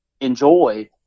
enjoy